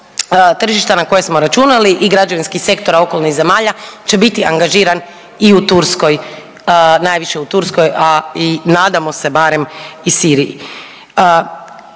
na koje smo računali i građevinskih sektora okolnih zemalja će biti angažiran i u Turskoj, najviše u Turskoj, a i nadamo se bar i Siriji.